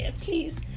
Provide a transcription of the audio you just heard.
please